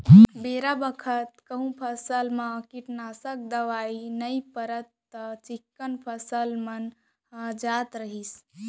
बेरा बखत कहूँ फसल म कीटनासक दवई नइ परिस त चिक्कन फसल मन ह जात रइथे